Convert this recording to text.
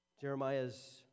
Jeremiah's